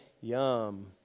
Yum